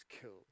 killed